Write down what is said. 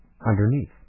underneath